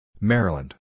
Maryland